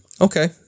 Okay